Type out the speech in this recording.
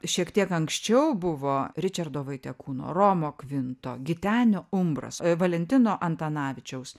šiek tiek anksčiau buvo ričardo vaitekūno romo kvinto gitenio umbraso valentino antanavičiaus